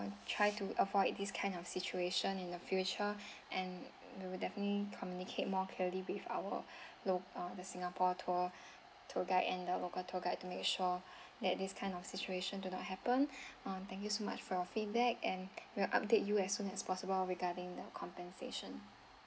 try to avoid this kind of situation in the future and we'll definitely communicate more clearly with our lo~ uh the singapore tour tour guide and the local tour guide to make sure that this kind of situation do not happen um thank you so much for your feedback and we'll update you as soon as possible regarding the compensation